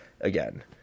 again